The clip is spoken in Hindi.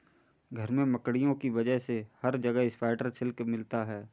घर में मकड़ियों की वजह से हर जगह स्पाइडर सिल्क मिलता है